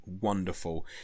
wonderful